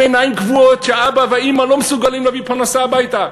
עיניים כבויות של אבא ואימא לא מסוגלים להביא פרנסה הביתה,